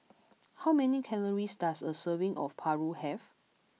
how many calories does a serving of Paru have